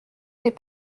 n’est